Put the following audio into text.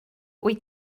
wyt